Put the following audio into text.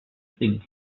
things